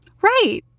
Right